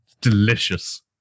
Delicious